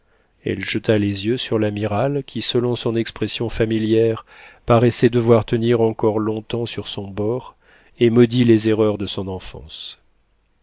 elle jeta les yeux sur l'amiral qui selon son expression familière paraissait devoir tenir encore long-temps sur son bord et maudit les erreurs de son enfance